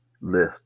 list